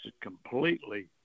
completely